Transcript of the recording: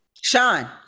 Sean